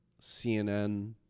CNN